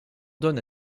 donne